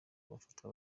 bafatwa